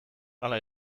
hala